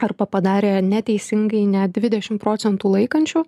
arba padarė neteisingai net dvidešim procentų laikančių